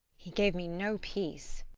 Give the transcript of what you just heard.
he gave me no peace.